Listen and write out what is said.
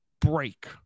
break